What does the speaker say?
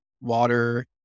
water